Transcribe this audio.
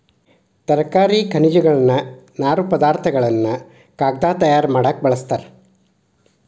ತರಕಾರಿ ಖನಿಜಗಳನ್ನ ನಾರು ಪದಾರ್ಥ ಗಳನ್ನು ಕಾಗದಾ ತಯಾರ ಮಾಡಾಕ ಬಳಸ್ತಾರ